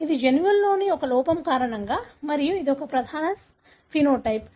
ఇది జన్యువులలో ఒక లోపం కారణంగా మరియు ఇది ఒక ప్రధాన సమలక్షణం